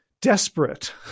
desperate